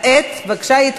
מי בעד?